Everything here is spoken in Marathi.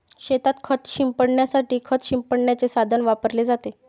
शेतात खत शिंपडण्यासाठी खत शिंपडण्याचे साधन वापरले जाते